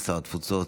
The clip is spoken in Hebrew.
שר התפוצות,